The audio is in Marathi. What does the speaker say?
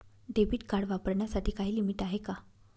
डेबिट कार्ड वापरण्यासाठी काही लिमिट आहे का?